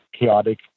chaotic